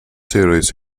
serious